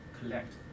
collect